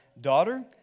daughter